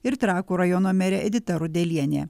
ir trakų rajono merė edita rudelienė